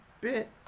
bit